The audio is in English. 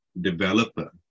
developer